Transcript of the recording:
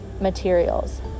materials